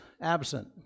absent